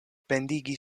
pendigi